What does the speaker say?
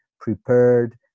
prepared